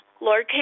Lord